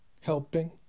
helping